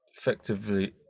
Effectively